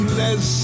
less